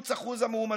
לכיווץ אחוז המאומתים.